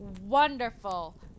wonderful